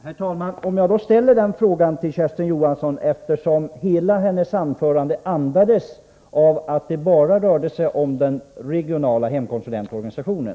Herr talman! Jag ställer då frågan till Kersti Johansson, eftersom hela hennes anförande andades uppfattningen att det bara rör sig om den regionala hemkonsulentorganisationen.